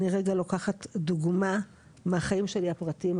אני רגע לוקחת דוגמה מהחיים שלי הפרטיים,